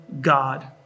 God